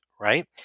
right